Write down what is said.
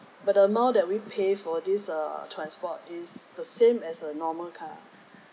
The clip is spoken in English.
but the amount that we pay for this err transport is the same as a normal car